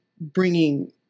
bringing